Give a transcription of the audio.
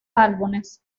álbumes